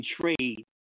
trade